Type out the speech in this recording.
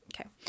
Okay